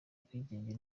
ubwigenge